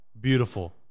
beautiful